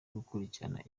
gukurikirana